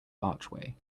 archway